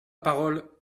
parole